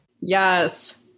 Yes